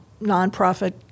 nonprofit